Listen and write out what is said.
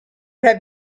have